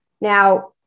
Now